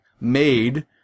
made